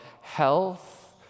health